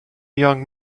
young